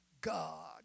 God